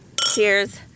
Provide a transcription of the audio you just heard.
Cheers